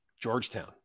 Georgetown